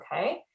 okay